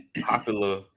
popular